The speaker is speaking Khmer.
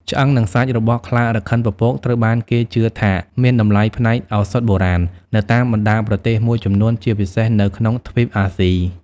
ឆ្អឹង និងសាច់ របស់ខ្លារខិនពពកត្រូវបានគេជឿថាមាន តម្លៃផ្នែកឱសថបុរាណ នៅតាមបណ្តាប្រទេសមួយចំនួន ជាពិសេសនៅក្នុងទ្វីបអាស៊ី។